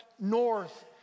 north